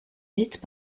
dites